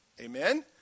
Amen